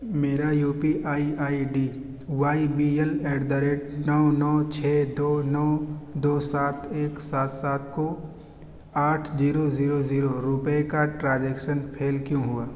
میرا U P I I D Y B L at the rate نو نو چھ دو نو دو سات ایک سات سات ایک کو آٹھ جیرو زیرو زیرو روپئے کا ٹرازیکسن پھیل کیوں ہوا